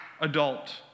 adult